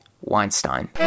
Weinstein